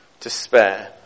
Despair